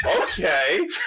Okay